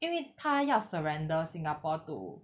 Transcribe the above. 因为他要 surrender singapore to